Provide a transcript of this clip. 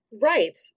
Right